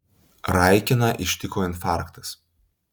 raikiną ištiko infarktas